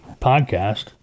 podcast